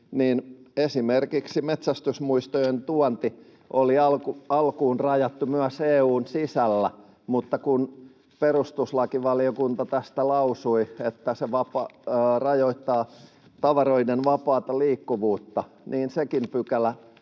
Esimerkiksi metsästysmuistojen tuonti oli alkuun rajattu myös EU:n sisällä, mutta kun perustuslakivaliokunta tästä lausui, että se rajoittaa tavaroiden vapaata liikkuvuutta, niin sekin pykälä